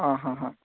आं हां हां